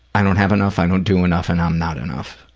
i don't have enough, i don't do enough, and i'm not enough.